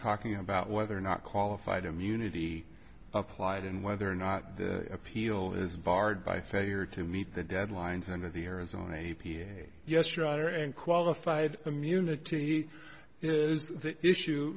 talking about whether or not qualified immunity applied and whether or not the appeal is barred by failure to meet the deadlines under the arizona a p yes your honor and qualified immunity is the issue